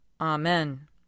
Amen